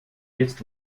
jetzt